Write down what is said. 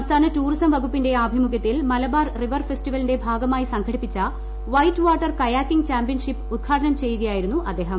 സംസ്ഥാന ടൂറിസം വകുപ്പിന്റെട്ടിക്കുഖ്യത്തിൽ മലബാർ റിവർ ഫെസ്റ്റിവലിന്റെ ഭാഗമായി സ്ള്ഘടിപ്പിച്ച വൈറ്റ് വാട്ടർ കയാക്കിംഗ് ചാംപ്യൻഷിപ്പ് ഉദ്ഘാട്ടുന്നു ചെയ്യുകയായിരുന്നു അദ്ദേഹം